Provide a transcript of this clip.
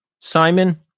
Simon